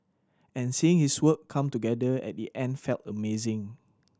and seeing his work come together at the end felt amazing